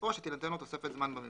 או שתינתן לו תוספת זמן במבחן: